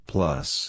Plus